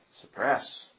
Suppress